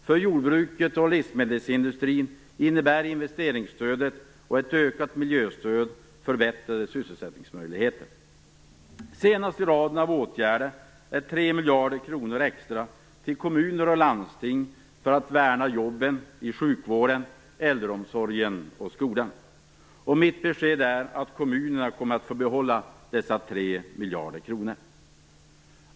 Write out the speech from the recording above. För jordbruket och livsmedelsindustrin innebär investeringsstödet och ett ökat miljöstöd förbättrade sysselsättningsmöjligheter. Senast i raden av åtgärder är 3 miljarder kronor extra till kommuner och landsting för att värna jobben i sjukvården, äldreomsorgen och skolan. Och mitt besked är att kommunerna kommer att få behålla dessa 3 miljarder kronor.